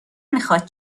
میخواد